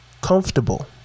Comfortable